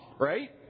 right